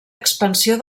expansió